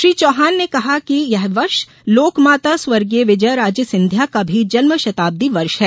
श्री चौहान ने कहा कि लोकमाता स्वर्गीय विजयाराजे सिंधिया का भी जन्मशताब्दी वर्ष है